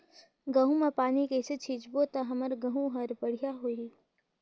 गहूं म पानी कइसे सिंचबो ता हमर गहूं हर बढ़िया होही?